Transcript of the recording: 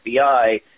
FBI